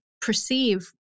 perceive